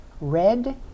red